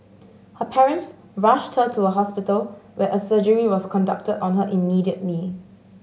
her parents rushed her to a hospital where a surgery was conducted on her immediately